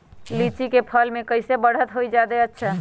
लिचि क फल म कईसे बढ़त होई जादे अच्छा?